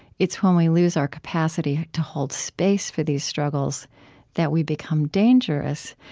it's when we lose our capacity to hold space for these struggles that we become dangerous.